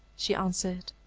she answered.